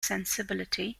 sensibility